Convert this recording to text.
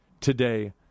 today